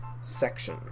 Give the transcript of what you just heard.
section